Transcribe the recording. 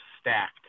stacked